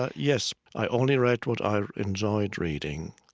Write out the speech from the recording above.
ah yes. i only read what i enjoyed reading,